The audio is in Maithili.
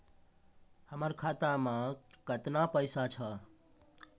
हमर खाता मैं केतना पैसा छह?